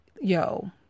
yo